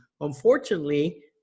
unfortunately